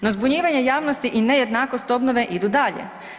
No, zbunjivanje javnosti i nejednakost obnove idu dalje.